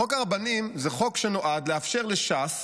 חוק הרבנים זה חוק שנועד לאפשר לש"ס